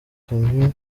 kamyo